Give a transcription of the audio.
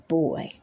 boy